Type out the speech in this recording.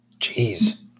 Jeez